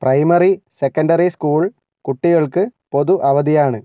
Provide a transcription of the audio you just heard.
primary secondary school കുട്ടികൾക്ക് പൊതു അവധിയാണ്